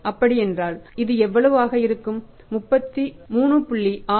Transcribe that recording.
அப்படி என்றால் இது எவ்வளவு ஆக இருக்கும் 3